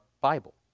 Bible